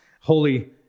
Holy